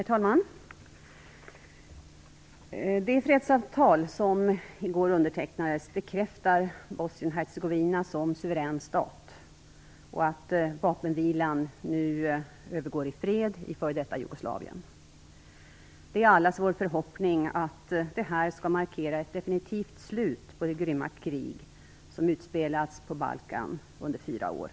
Herr talman! Det fredsavtal som i går undertecknades bekräftar Bosnien-Hercegovina som suverän stat och att vapenvilan nu övergår i fred i f.d. Jugoslavien. Det är allas vår förhoppning att detta skall markera ett definitivt slut på det grymma krig som utspelats på Balkan under fyra år.